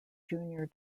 junior